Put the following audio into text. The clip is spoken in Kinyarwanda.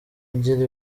ugira